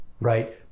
right